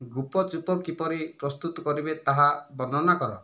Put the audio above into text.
ଗୁପଚୁପ କିପରି ପ୍ରସ୍ତୁତ କରିବେ ତାହା ବର୍ଣ୍ଣନା କର